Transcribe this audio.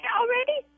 already